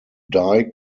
dye